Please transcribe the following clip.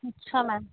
अच्छा म्याम